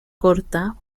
corta